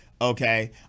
Okay